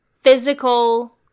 physical